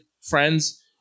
friends